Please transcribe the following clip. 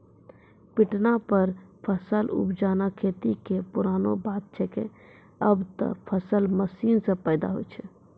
पिटना पर फसल उपजाना खेती कॅ पुरानो बात छैके, आबॅ त फसल मशीन सॅ पैदा होय छै